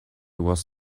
was